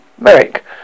Merrick